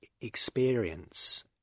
experience